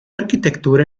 arquitectura